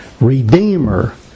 Redeemer